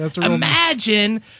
Imagine